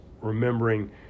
remembering